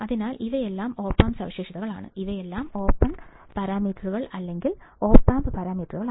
അതിനാൽ ഇവയെല്ലാം op amp സവിശേഷതകളാണ് ഇവയെല്ലാം ഓപ്പൺ പാരാമീറ്ററുകൾ അല്ലെങ്കിൽ ഓപാംപ് പാരാമീറ്ററുകൾ